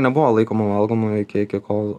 nebuvo laikoma valgomu iki iki kol